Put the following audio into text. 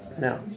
Now